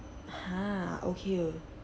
!huh! okay o~